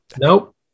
Nope